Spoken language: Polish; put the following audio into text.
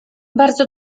bardzo